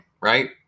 right